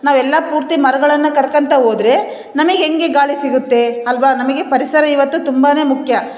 ನಾವು ಎಲ್ಲ ಪೂರ್ತಿ ಮರಗಳನ್ನ ಕಡ್ಕೊಂತ ಹೋದ್ರೇ ನಮಿಗೆ ಹೆಂಗೆ ಗಾಳಿ ಸಿಗುತ್ತೆ ಅಲ್ವಾ ನಮಗೆ ಪರಿಸರ ಇವತ್ತು ತುಂಬಾ ಮುಖ್ಯ